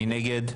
מי נגד?